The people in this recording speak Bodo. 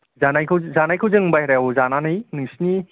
जानायखौ जानायखौ जों बाइह्रायाव जानानै नोंसिनि